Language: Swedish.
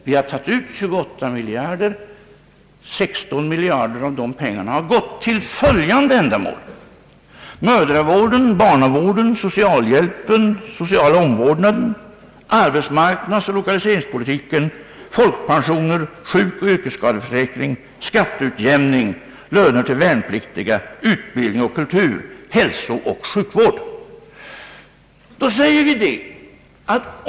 Vi har tagit ut 28 miljarder, varav 16 miljarder har gått till följande ändamål: mödravården, barnavården, socialhjälpen, den sociala omvårdnaden, arbetsmarknadsoch lokaliseringspolitiken, folkpensioner, sjukoch yrkesskadeförsäkring, skatteutjämning, löner till värnpliktiga, utbildning och kultur samt hälsooch sjukvård.